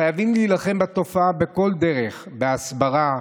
חייבים להילחם בתופעה בכל דרך: בהסברה,